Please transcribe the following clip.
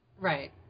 right